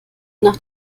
nach